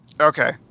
Okay